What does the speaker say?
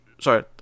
Sorry